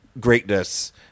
greatness